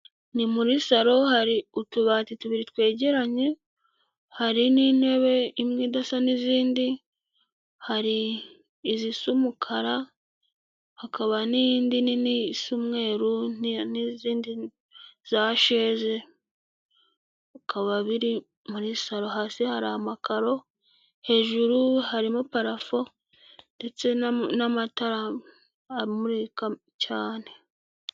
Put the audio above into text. Ni muri saro hari utubati tubiri twegeranye, hari n'intebe imwe idasa n'izindi, hari izisa umukara, hakaba n'iyindi nini sa umweru n'izindi za sheze, bikaba biri muri saro, hasi hari amakaro, hejuru harimo parafo ndetse n'amatara amurika cyane.